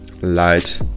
light